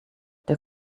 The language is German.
der